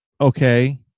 okay